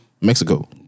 Mexico